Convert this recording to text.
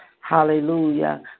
hallelujah